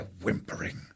whimpering